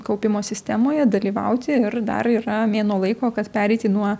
kaupimo sistemoje dalyvauti ir dar yra mėnuo laiko kad pereiti nuo